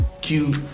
Cute